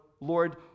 Lord